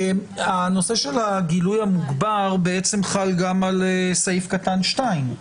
הנושא של הגילוי המוגבר, בסעיף חל גם על קטן (2).